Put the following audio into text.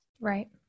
Right